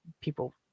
people